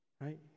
Right